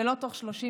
ולא בתוך 30 ימים,